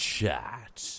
Chat